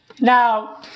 Now